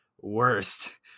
worst